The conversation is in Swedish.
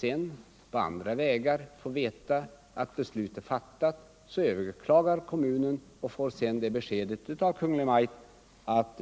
Och när kommunerna omsider får vetskap om att beslut fattats, så överklagar man och får då beskedet av Kungl. Maj:t att